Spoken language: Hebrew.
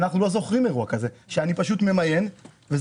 אנחנו לא זוכרים אירוע כזה, שאני ממיין וזורק.